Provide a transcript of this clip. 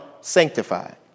sanctified